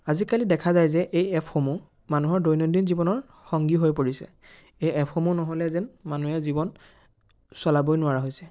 আজিকালি দেখা যায় যে এই এপসমূহ মানুহৰ দৈনন্দিন জীৱনৰ সংগী হৈ পৰিছে এই এপসমূহ নহ'লে যেন মানুহে জীৱন চলাবই নোৱাৰা হৈছে